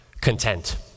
content